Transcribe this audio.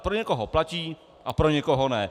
Pro někoho platí, pro někoho ne.